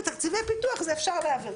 ותקציבי פיתוח אפשר להעביר".